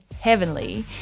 heavenly